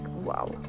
wow